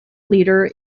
leader